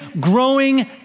growing